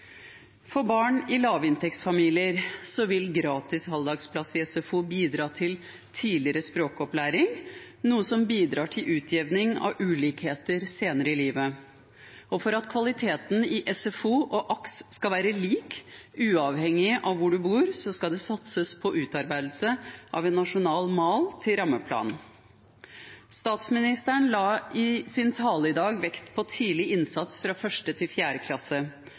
For barn i lavinntektsfamilier vil gratis halvdagsplass i SFO bidra til tidligere språkopplæring, noe som bidrar til utjevning av ulikheter senere i livet. For at kvaliteten i SFO og AKS skal være lik, uavhengig av hvor man bor, skal det satses på utarbeidelse av en nasjonal mal til rammeplan. Statsministeren la i sin tale i dag vekt på tidlig innsats fra 1. til 4. klasse